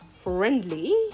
friendly